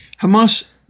Hamas